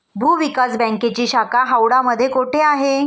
भूविकास बँकेची शाखा हावडा मध्ये कोठे आहे?